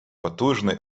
потужний